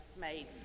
made